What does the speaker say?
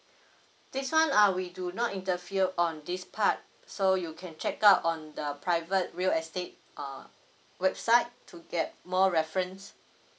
this one err we do not interfere on this part so you can check out on the private real estate err website to get more reference